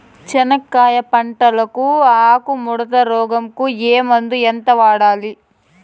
చెనక్కాయ పంట లో ఆకు ముడత రోగం కు ఏ మందు ఎంత వాడాలి?